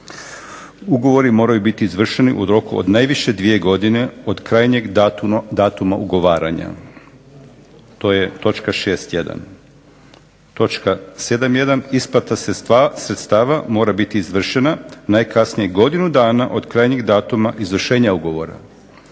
"Ugovori moraju biti izvršeni u roku od najviše dvije godine od krajnjeg datuma ugovaranja." To je točka 6.1. Točka 7.1 "Isplata sredstava mora biti izvršena najkasnije godinu dana od krajnjeg datuma izvršenja ugovora".